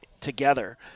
together